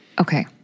Okay